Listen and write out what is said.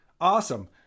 Awesome